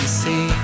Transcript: see